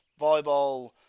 volleyball